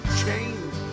change